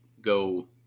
go